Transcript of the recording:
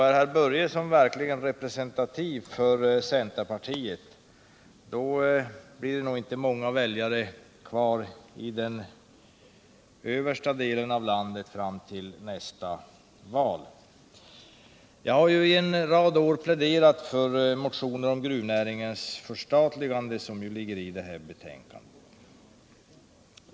Är herr Börjesson verkligen representativ för centerpartiet, blir det nog inte många väljare kvar i den översta delen av landet vid tiden för nästa val. Jag har under en rad av år pläderat för motioner om gruvnäringens förstatligande, och liknande yrkanden behandlas också i näringsutskottets betänkande nr 60.